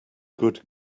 good